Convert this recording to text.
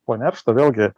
po neršto vėlgi